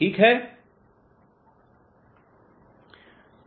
ठीक है